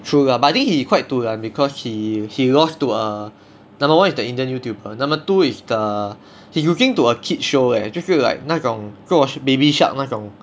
true lah but I think he quite dulan because he he lost to a number one is the indian youtuber number two is the he's losing to a kid's show leh 就是 like 那种做 baby shark 那种